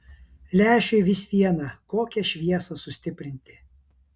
lęšiui vis viena kokią šviesą sustiprinti